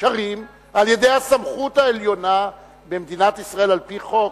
שמאושרים על-ידי הסמכות העליונה במדינת ישראל על-פי חוק,